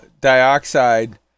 dioxide